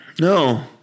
No